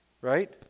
Right